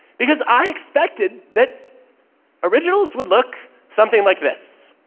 because i expected that originals would look something like this.